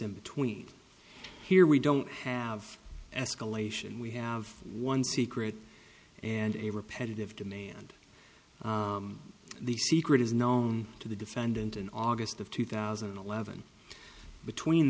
in between here we don't have escalation we have one secret and a repetitive demand the secret is known to the defendant in august of two thousand and eleven between